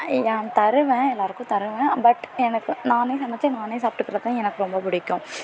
நான் ஆ தருவேன் எல்லாேருக்கும் தருவேன் பட் எனக்கு நானே சமைத்து நானே சாப்பிடுக்குறது எனக்கு ரொம்ப பிடிக்கும்